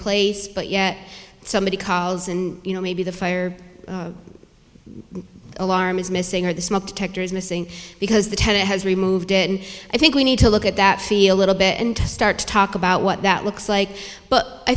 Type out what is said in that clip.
place but yet somebody calls and you know maybe the fire alarm is missing or the smoke detector is missing because the tenant has removed it and i think we need to look at that feel a little bit and start to talk about what that looks like but i